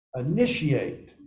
initiate